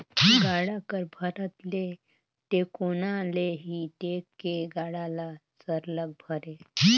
गाड़ा कर भरत ले टेकोना ले ही टेक के गाड़ा ल सरलग भरे